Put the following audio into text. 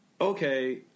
okay